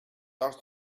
daus